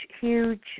huge